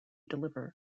deliver